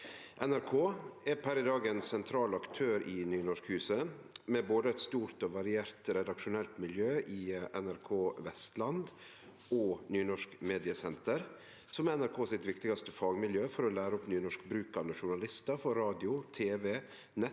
NRK er per i dag ein sentral aktør i Nynorskhuset, med både eit stort og variert redaksjonelt miljø i NRK Vestland og Nynorsk mediesenter, som er NRK sitt viktigaste fagmiljø for å lære opp nynorskbrukande journalistar for radio, TV, nett